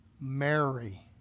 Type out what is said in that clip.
Mary